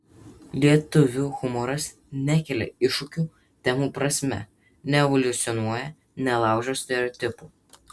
lietuvių humoras nekelia iššūkių temų prasme neevoliucionuoja nelaužo stereotipų